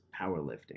powerlifting